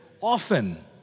often